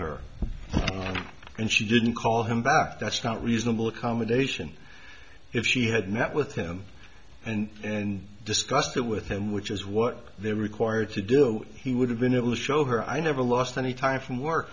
her and she didn't call him back that's not reasonable accommodation if she had met with him and and discussed it with him which is what they're required to do he would have been able to show her i never lost any time from work